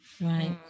right